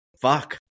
Fuck